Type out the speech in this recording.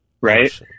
right